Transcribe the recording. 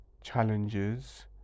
challenges